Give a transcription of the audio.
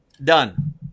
done